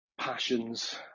passions